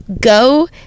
go